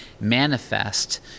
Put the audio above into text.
manifest